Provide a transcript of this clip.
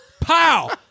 Pow